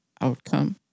outcome